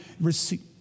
receive